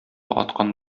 аткан